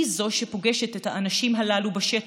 היא שפוגשת את האנשים הללו בשטח,